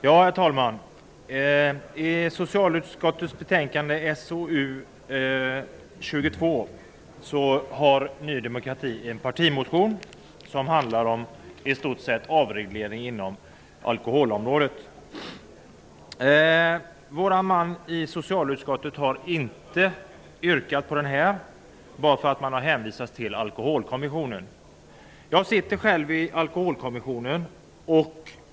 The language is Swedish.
Herr talman! I socialutskottets betänkande SoU22 behandlas en partimotion från Ny demokrati som i stort sett handlar om avreglering inom alkoholområdet. Vår man i socialutskottet har inte yrkat på något i det här fallet, eftersom det har hänvisats till Alkoholkommissionen. Jag sitter själv med i Alkoholkommissionen.